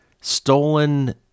stolen